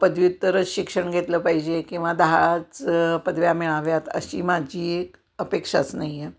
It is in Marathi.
पदव्युत्तरच शिक्षण घेतलं पाहिजे किंवा दहाच पदव्या मिळाव्या आहेत अशी माझी एक अपेक्षाच नाही आहे